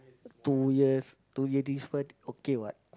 two years two years different okay [what]